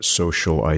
social